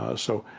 ah so,